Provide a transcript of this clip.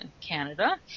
Canada